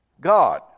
God